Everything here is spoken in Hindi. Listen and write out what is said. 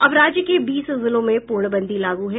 अब राज्य के बीस जिलों में पूर्णबंदी लागू है